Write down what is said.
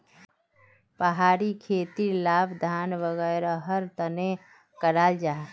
पहाड़ी खेतीर लाभ धान वागैरहर तने कराल जाहा